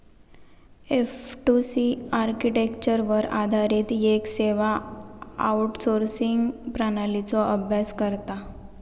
F two C आर्किटेक्चरवर आधारित येक सेवा आउटसोर्सिंग प्रणालीचो अभ्यास करता